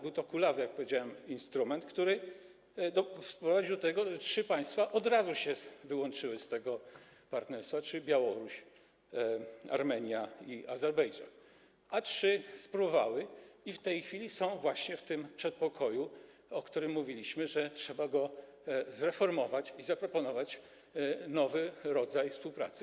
Był to kulawy, jak powiedziałem, instrument, który doprowadził do tego, że trzy państwa od razu się wyłączyły z tego partnerstwa, czyli Białoruś, Armenia i Azerbejdżan, a trzy spróbowały i w tej chwili są właśnie w tym przedpokoju, o którym mówiliśmy, że trzeba go zreformować i zaproponować nowy rodzaj współpracy.